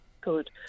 Good